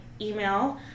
email